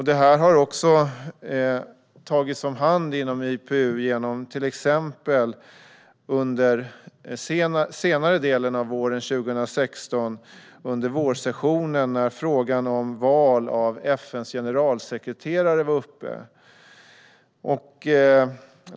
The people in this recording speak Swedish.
Detta har också tagits om hand inom IPU till exempel under senare delen av våren 2016, under vårsessionen, när frågan om val av FN:s generalsekreterare var uppe.